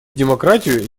демократию